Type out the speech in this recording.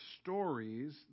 stories